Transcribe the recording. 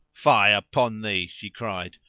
fie upon thee! she cried,